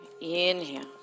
Inhale